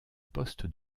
poste